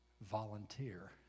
volunteer